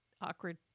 awkward